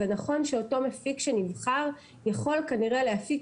ונכון שאותו מפיק שנבחר יכול כנראה להפיק